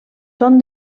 són